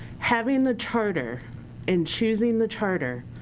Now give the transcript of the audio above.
having the charter and choosing the charter,